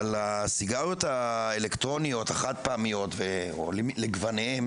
אבל הסיגריות האלקטרוניות החד פעמיות או לגווניהן,